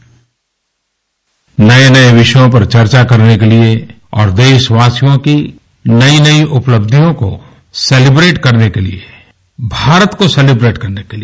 bite नये नये विषयों पर चर्चा करने के लिए और देशवासियों की नयी नयी उपलब्धियों को सिलीबरेट करने के लिए भारत को सेलीबरेट करने के लिए